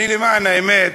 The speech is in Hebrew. למען האמת,